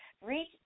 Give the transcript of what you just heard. reach